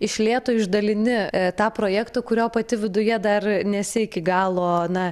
iš lėto išdalini tą projektą kurio pati viduje dar nesi iki galo na